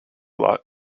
lot